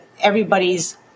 everybody's